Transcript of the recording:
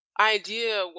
idea